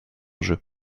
jeu